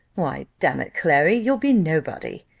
why, damn it, clary, you'll be nobody.